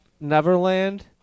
Neverland